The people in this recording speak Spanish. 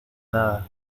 nada